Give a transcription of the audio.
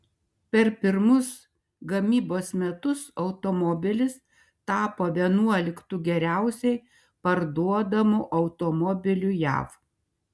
per pirmus gamybos metus automobilis tapo vienuoliktu geriausiai parduodamu automobiliu jav